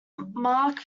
mark